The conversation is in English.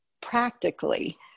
practically